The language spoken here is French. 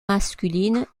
masculines